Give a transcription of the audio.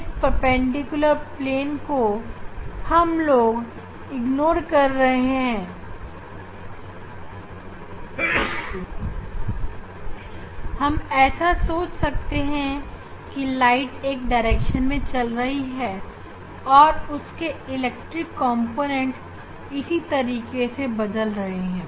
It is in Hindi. इस परपेंडिकुलर प्लेन को हम लोग नजर अंदाज़ कर रहे हैं हम ऐसा सोच सकते हैं कि प्रकाश एक दिशा में जा रहा है और उसके इलेक्ट्रिक कॉम्पोनेंटइस तरीके से बदल रहे हैं